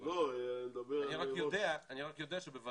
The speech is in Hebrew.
לא, אני לא אמרתי שזה על חשבון מיגוניות.